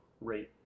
rate